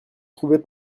trouvez